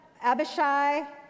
Abishai